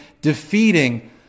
defeating